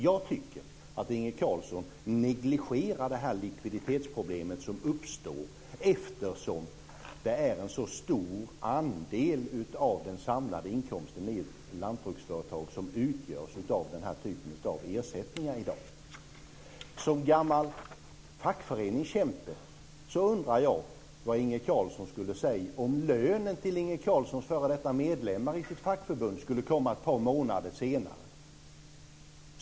Jag tycker att Inge Carlsson negligerar detta likviditetsproblem som uppstår eftersom det är en så stor andel av den samlade inkomsten i ett lantbruksföretag som utgörs av den här typen av ersättningar i dag. Jag undrar vad Inge Carlsson skulle säga som gammal fackföreningskämpe om lönen till Inge Carlssons f.d. medlemmar i hans fackförbund skulle komma ett par månader senare.